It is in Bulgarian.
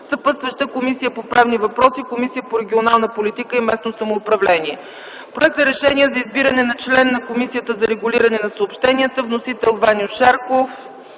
Съпътстващи – Комисията по правни въпроси и Комисията по регионална политика и местно самоуправление. Проект за Решение за избиране на член на Комисията за регулиране на съобщенията. Вносител – Ваньо Шарков.